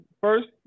first